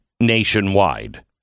nationwide